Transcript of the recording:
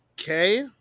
okay